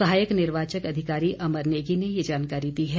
सहायक निर्वाचक अधिकारी अमर नेगी ने ये जानकारी दी है